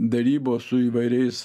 derybos su įvairiais